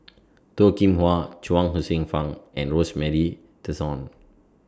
Toh Kim Hwa Chuang Hsueh Fang and Rosemary Tessensohn